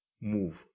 move